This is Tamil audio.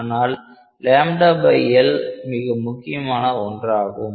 ஆனால் Lமிக முக்கியமான ஒன்றாகும்